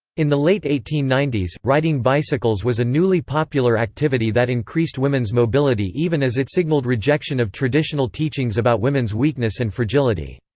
in the late eighteen ninety s, riding bicycles was a newly popular activity that increased women's mobility even as it signaled rejection of traditional teachings about women's weakness and fragility.